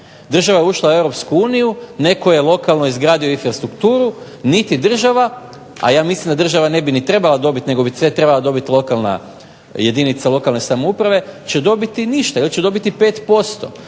Država je ušla u Europsku uniju, netko je lokalno izgradio infrastrukturu, niti država, a ja mislim da država ne bi ni trebala dobit nego bi ceh trebala dobit jedinica lokalne samouprave, će dobiti ništa ili će dobiti 5%.